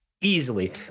Easily